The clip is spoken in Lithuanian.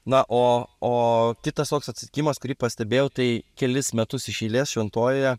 na o kitas toks atsitikimas kurį pastebėjau tai kelis metus iš eilės šventojoje